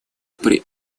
при